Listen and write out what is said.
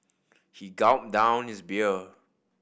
he gulped down his beer